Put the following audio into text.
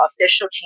official